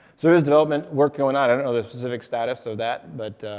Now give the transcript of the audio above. so there is development work going on. i don't know the specific status of that, but